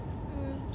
mm